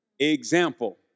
Example